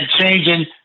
changing